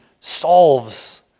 solves